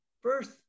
first